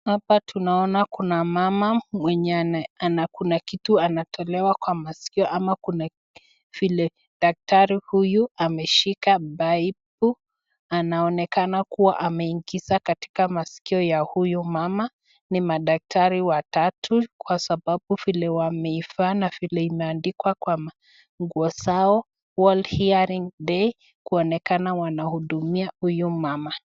Hapa tunaona kuna mama mwenye ana kuna kitu anatolewa kwa maskio ama kuna vile daktari huyu ameshika paipu, anaonekana kuwa ameingiza katika maskio ya huyo mama. Ni madaktari watatu kwa sababu vile wameivaa na vile imeandikwa kwa manguo zao World Hearing Day kuonekana wana huduma huyo mama.